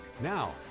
Now